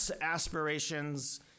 aspirations